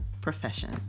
profession